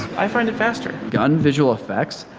i find it faster gun visual effects,